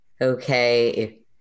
okay